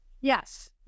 Yes